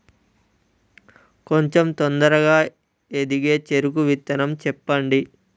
కొంచం తొందరగా ఎదిగే చెరుకు విత్తనం చెప్పండి?